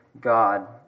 God